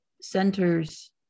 centers